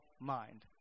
mind